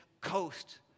coast